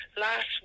last